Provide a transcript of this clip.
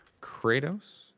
Kratos